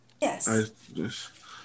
Yes